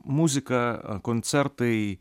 muzika koncertai